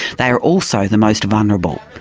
they are also the most vulnerable.